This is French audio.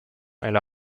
elle